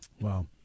Wow